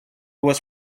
was